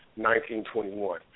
1921